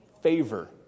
Favor